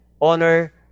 Honor